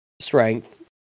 strength